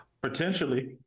Potentially